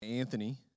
Anthony